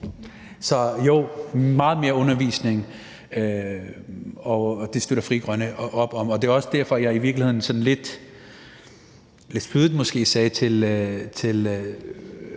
Så jo, meget mere undervisning, og det støtter Frie Grønne op om. Det er også derfor, jeg i virkeligheden lidt spydigt måske sagde til